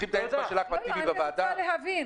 --- אני רוצה להבין.